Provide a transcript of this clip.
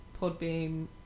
Podbeam